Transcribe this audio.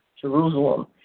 Jerusalem